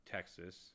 Texas